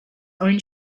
own